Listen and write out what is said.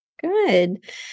Good